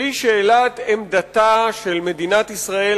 והיא שאלת עמדתה של מדינת ישראל,